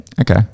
Okay